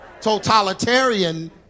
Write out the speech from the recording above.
totalitarian